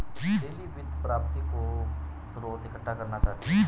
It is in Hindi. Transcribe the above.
लिली वित्त प्राप्ति के स्रोत इकट्ठा करना चाहती है